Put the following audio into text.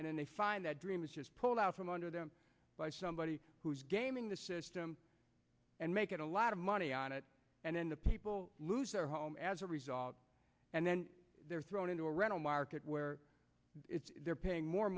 then they find that dream is just pulled out from under them by somebody who is gaming the system and make it a lot of money on it and then the people lose their home as a result and then they're thrown into a rental market where they're paying more